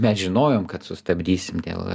mes žinojom kad sustabdysim dėl